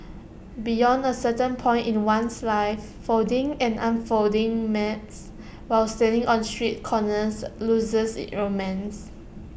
beyond A certain point in one's life folding and unfolding maps while standing on street corners loses its romance